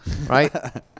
Right